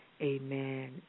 Amen